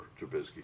Trubisky